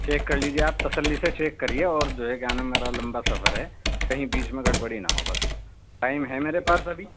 check کر لیجیے آپ تسلی سے چیک کریے اور جو ہے کیا نام ہے میرا لمبا سفر ہے کہیں بیچ میں گڑبڑی نہ ہو بس ٹائم ہے میرے پاس ابھی